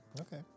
Okay